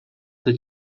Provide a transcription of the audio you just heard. the